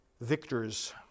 victors